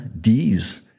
D's